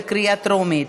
בקריאה טרומית.